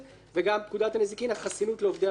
וגם פקודת הנזיקין החסינות לעובדי המדינה,